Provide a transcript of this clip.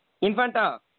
Infanta